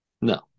No